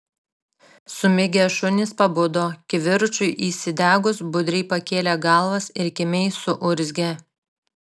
sumigę šunys pabudo kivirčui įsidegus budriai pakėlė galvas ir kimiai suurzgė